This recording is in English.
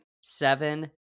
Seven